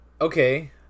okay